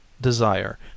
desire